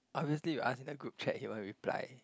obviously you ask in the group chat he won't reply